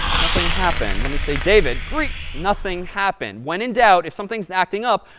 nothing happened. let me say david. greet. nothing happened. when in doubt, if something's and acting up,